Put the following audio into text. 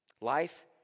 Life